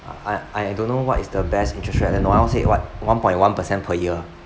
I I don't know what is the best interest rate like noel said what one point one percent per year